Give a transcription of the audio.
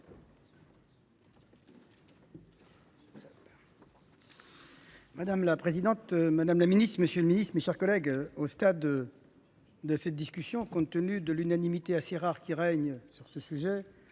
Madame la présidente, madame la ministre, monsieur le ministre, mes chers collègues, à ce stade de la discussion, et compte tenu de l’unanimité assez rare qui règne sur le sujet,